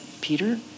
Peter